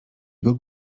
jego